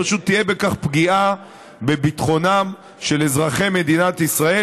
פשוט תהיה בכך פגיעה בביטחונם של אזרחי מדינת ישראל,